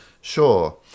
Sure